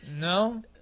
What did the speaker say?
No